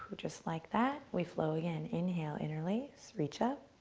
just like that. we flow again. inhale, interlace, reach up.